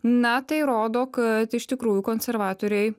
na tai rodo kad iš tikrųjų konservatoriai